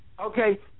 Okay